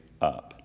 up